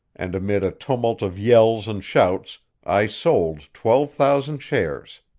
and amid a tumult of yells and shouts i sold twelve thousand shares.